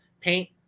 paint